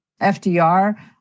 FDR